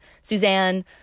Suzanne